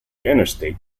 interstate